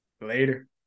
Later